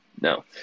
no